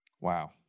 Wow